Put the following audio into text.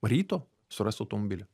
ryto surast automobilį